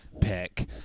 pick